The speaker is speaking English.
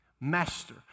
Master